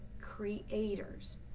creators